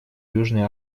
южной